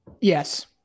yes